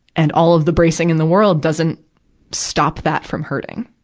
and all of the bracing in the world doesn't stop that from hurting.